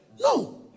No